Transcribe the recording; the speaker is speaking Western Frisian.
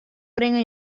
bringe